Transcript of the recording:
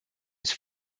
his